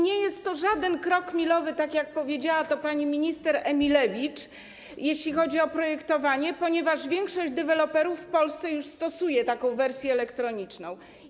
Nie jest to żaden krok milowy, jak powiedziała pani minister Emilewicz, jeśli chodzi o projektowanie, ponieważ większość deweloperów w Polsce już stosuje taką wersję elektroniczną.